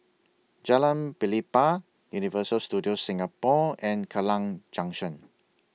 Jalan Pelepah Universal Studios Singapore and Kallang Junction